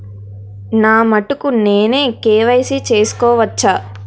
నా మటుకు నేనే కే.వై.సీ చేసుకోవచ్చా?